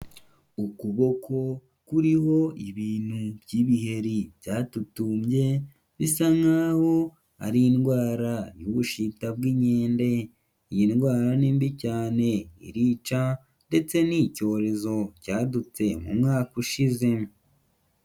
Ukuboko kuriho ibintu by'ibiheri byatutumbye, bisa nk'aho ari indwara y'ubushita bw'inkende, iyi ndwara ni mbi cyane irica ndetse ni icyorezo cyadutse mu mwaka ushize.